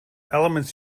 elements